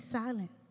silent